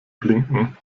blinken